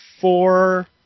four